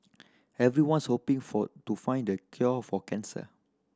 everyone's hoping for to find the cure for cancer